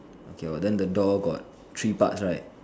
okay lor then the door got three parts right